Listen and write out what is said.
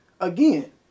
again